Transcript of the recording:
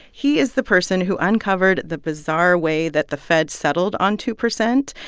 he is the person who uncovered the bizarre way that the fed settled on two percent.